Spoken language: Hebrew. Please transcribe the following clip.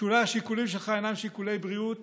שאולי השיקולים שלך אינם שיקולי בריאות